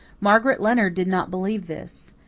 margaret leonard did not believe this.